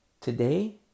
Today